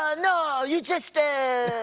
ah no, you just, ah,